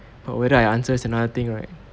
but whether I answer is another thing right